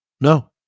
No